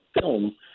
film